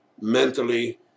mentally